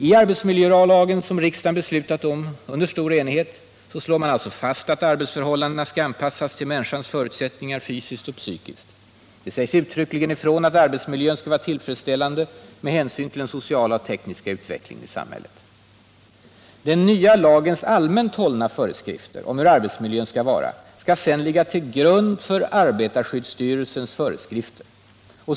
I arbetsmiljölagen, som riksdagen beslutat om under stor enighet, slås det fast att arbetsförhållandena skall anpassas till människans förutsättningar fysiskt och psykiskt. Det sägs uttryckligen ifrån att arbetsmiljön 35 skall vara tillfredsställande med hänsyn till den sociala och tekniska utvecklingen i samhället. Den nya lagens allmänt hållna föreskrifter om hur arbetsmiljön skall vara skall sedan ligga till grund för arbetarskyddsstyrelsens föreskrifter.